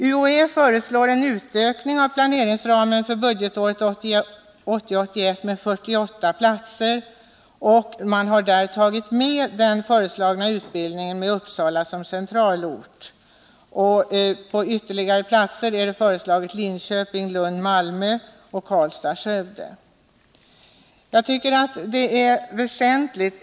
UHÄ föreslår en utökning av planeringsramen för budgetåret 1980 Malmö, Karlstad och Skövde.